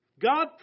God